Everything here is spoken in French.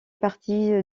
partie